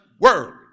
world